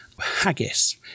Haggis